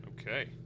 Okay